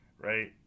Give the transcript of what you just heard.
right